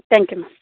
thank you ma'am